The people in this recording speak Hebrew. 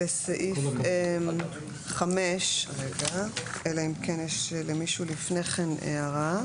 לסעיף 5, אלא אם כן יש למישהו לפני כן הערה.